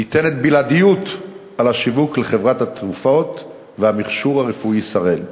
ניתנת בלעדיות על השיווק לחברת התרופות והמכשור הרפואי "שראל".